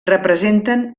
representen